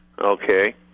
Okay